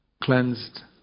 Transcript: cleansed